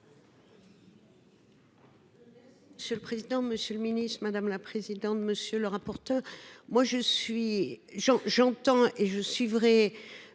Sous le président, Monsieur le Ministre, madame la présidente. Monsieur le rapporteur. Moi je suis j'en j'entends et je suivrai.